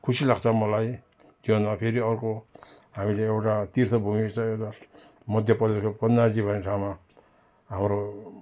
खुसी लाग्छ मलाई त्यो भन्दा फेरि अर्को हामीले एउटा तीर्थभूमि स्थलहरू मध्य प्रदेशको खुन्नाजी भन्ने ठाउँमा हाम्रो